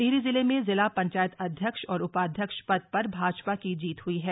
टिहरी जिले में जिला पंचायत अध्यक्ष और उपाध्यक्ष पद पर भाजपा की जीत हई है